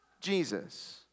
Jesus